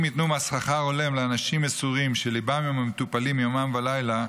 אם ייתנו שכר הולם לאנשים מסורים שליבם עם המטופלים יומם ולילה,